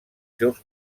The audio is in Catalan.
seus